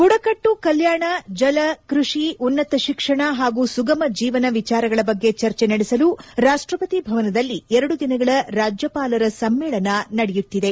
ಬುಡಕಟ್ಟು ಕಲ್ಯಾಣ ಜಲ ಕೃಷಿ ಉನ್ನತ ಶಿಕ್ಷಣ ಹಾಗೂ ಸುಗಮ ಜೀವನ ವಿಚಾರಗಳ ಬಗ್ಗೆ ಚರ್ಚೆ ನಡೆಸಲು ರಾಷ್ಟಪತಿ ಭವನದಲ್ಲಿ ಎರಡು ದಿನಗಳ ರಾಜ್ಯಪಾಲರ ಸಮ್ಮೇಳನ ನಡೆಯುತ್ತಿದೆ